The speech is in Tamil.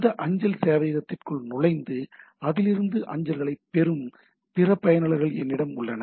இந்த அஞ்சல் சேவையகத்திற்குள் நுழைந்து அதிலிருந்து அஞ்சல்களைப் பெறும் பிற பயனர்கள் எங்களிடம் உள்ளனர்